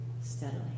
steadily